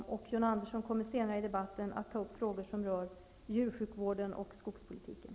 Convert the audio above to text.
John Andersson kommer senare i debatten att ta upp frågor som gäller djursjukvården och skogspolitiken.